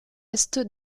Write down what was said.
est